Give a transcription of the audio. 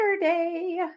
Saturday